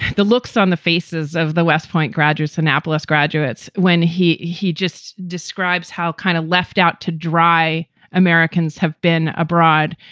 the looks on the faces of the west point graduates, annapolis graduates, when he he just describes how kind of left out to dry americans have been abroad.